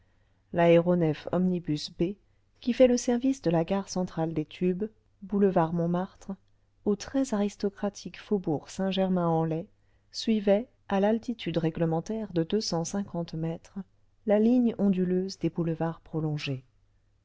l'aéronef omnibus b qui fait le service de la gare centrale des tubes boulevard montmartre au très aristocratique faubourg saint g erruain en laye suivait à l'altitude réglementaire de deux cent cinquante mètres la ligne onduléuse des boulevards prolongés